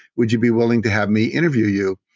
would you be willing to have me interview you?